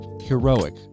heroic